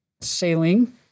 sailing